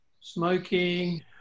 Smoking